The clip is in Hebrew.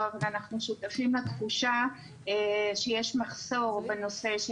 ואנחנו שותפים לתחושה שיש מחסור בנושא של